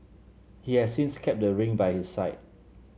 he has since kept the ring by his side